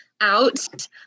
out